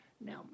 Now